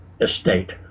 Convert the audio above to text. estate